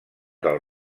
del